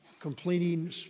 completing